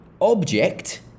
object